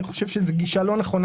שאני חושב שהיא לא נכונה